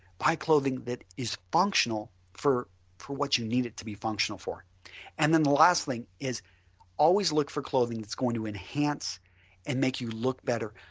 buy clothing that is functional for for what you need it to be functional for and last thing is always look for clothing that is going to enhance and make you look better.